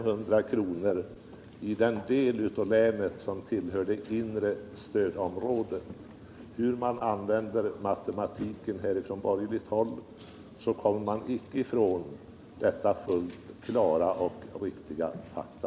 Hur man än använder matematiken på borgerligt håll kommer man icke ifrån dessa fullt klara och riktiga fakta.